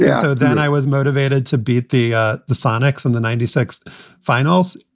yeah so then i was motivated to beat the ah the sonics in the ninety six finals.